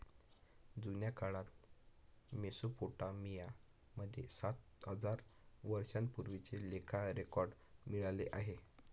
जुन्या काळात मेसोपोटामिया मध्ये सात हजार वर्षांपूर्वीचे लेखा रेकॉर्ड मिळाले आहे